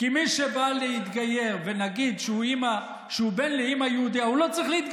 כי מי שבא להתגייר ונגיד שהוא בן לאימא יהודייה,